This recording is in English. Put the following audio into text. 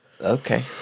Okay